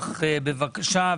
בבקשה.